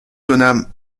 donna